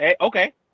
okay